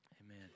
Amen